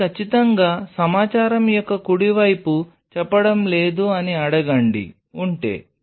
కానీ ఖచ్చితంగా సమాచారం యొక్క కుడి వైపు చెప్పడం లేదు అని అడగండి ఉంటే